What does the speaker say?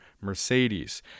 mercedes